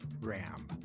Ram